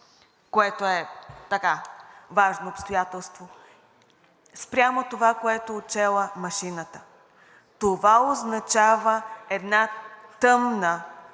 което е важно обстоятелство спрямо това, което е отчела машината. Това означава една тъмна